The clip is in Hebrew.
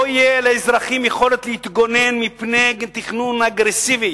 לא תהיה לאזרחים יכולת להתגונן מפני תכנון אגרסיבי.